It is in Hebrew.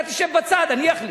אתה תשב בצד, אני אחליט,